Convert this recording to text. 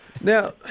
Now